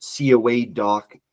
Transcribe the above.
COA-Doc